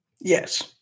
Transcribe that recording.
Yes